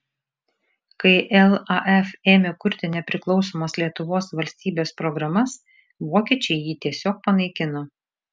kai laf ėmė kurti nepriklausomos lietuvos valstybės programas vokiečiai jį tiesiog panaikino